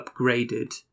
upgraded